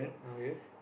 okay